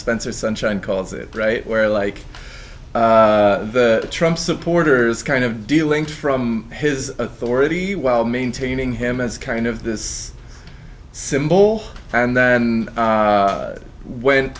spencer sunshine calls it right where like the trump supporters kind of dealing from his authority while maintaining him as kind of this symbol and then went